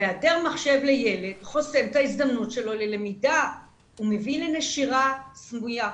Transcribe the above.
היעדר מחשב לילד חוסם את ההזדמנות שלו ללמידה ומביא לנשירה סמויה,